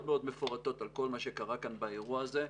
מאוד מפורטות על כל מה שקרה כאן באירוע הזה,